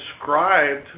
described